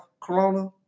Corona